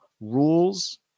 rules